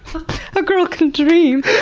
a girl can dream!